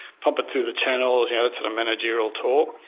pump it through the channels' you know, that sort of managerial talk.